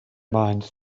mind